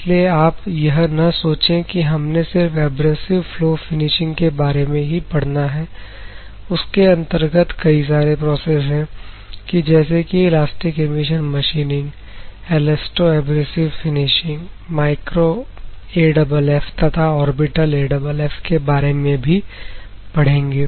इसलिए आप यह न सोचे कि हमने सिर्फ एब्रेसिव फ्लो फिनिशिंग के बारे में ही पढ़ना है उसके अंतर्गत कई सारे प्रोसेस है कि जैसे कि elastic emission machining elasto abrasive finishing micro AFF तथा ऑर्बिटल AFF के बारे में भी पढ़ेंगे